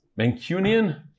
Mancunian